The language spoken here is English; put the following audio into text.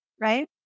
right